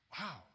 Wow